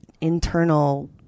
internal